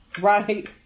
right